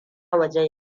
waje